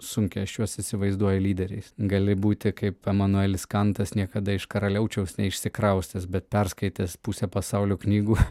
sunkiai aš juos įsivaizduoju lyderiais gali būti kaip emanuelis kantas niekada iš karaliaučiaus neišsikraustęs bet perskaitęs pusę pasaulio knygų